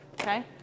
okay